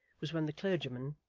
was when the clergyman,